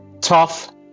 tough